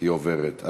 הייתה ארצות-הברית,